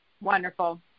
Wonderful